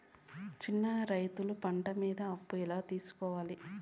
చిన్న రైతులు పంట మీద అప్పు ఎలా తీసుకోవాలి?